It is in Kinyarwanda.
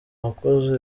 wakoze